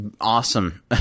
awesome